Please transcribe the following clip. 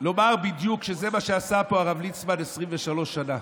לומר בדיוק שזה מה שעשה פה הרב ליצמן 23 שנה.